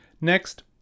Next